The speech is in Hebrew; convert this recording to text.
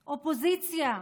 אופוזיציה,